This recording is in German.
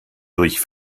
durch